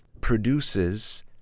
produces